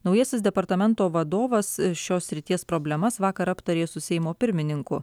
naujasis departamento vadovas šios srities problemas vakar aptarė su seimo pirmininku